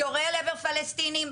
יורה לעבר פלסטינים,